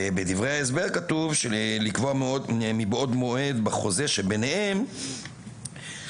בדברי ההסבר כתוב לקבוע מבעוד מועד בחוזה שביניהם שמעברו